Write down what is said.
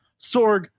Sorg